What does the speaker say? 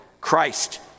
christ